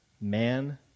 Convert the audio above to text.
man